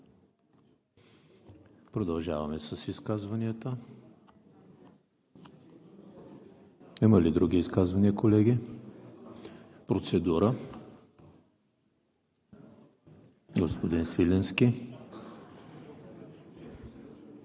Продължаваме с изказванията. Има ли други изказвания, колеги? Процедура – господин Свиленски.